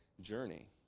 journey